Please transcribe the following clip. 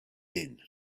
din